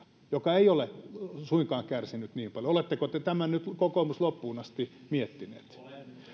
joka ei ole suinkaan kärsinyt niin paljon edustaa kymmentä prosenttia oletteko te tämän nyt kokoomus loppuun asti miettineet